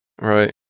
Right